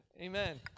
Amen